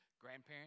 Grandparents